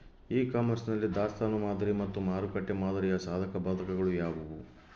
E commerce ನಲ್ಲಿ ದಾಸ್ತನು ಮಾದರಿ ಮತ್ತು ಮಾರುಕಟ್ಟೆ ಮಾದರಿಯ ಸಾಧಕಬಾಧಕಗಳು ಯಾವುವು?